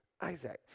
Isaac